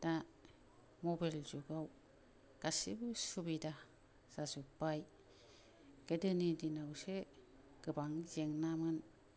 दा मबेल जुगआव गासिबो सुबिदा जाजोबबाय गोदोनि दिनआवसो गोबां जेंनामोन